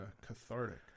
cathartic